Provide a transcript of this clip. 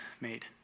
made